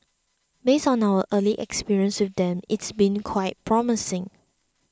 based on our early experience with them it's been quite promising